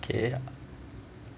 okay